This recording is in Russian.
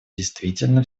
действительно